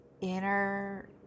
inner